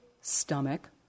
stomach